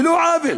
ללא עוול,